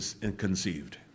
conceived